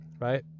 right